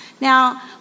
Now